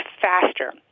faster